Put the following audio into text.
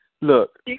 look